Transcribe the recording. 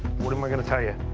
what am i gonna tell you?